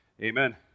Amen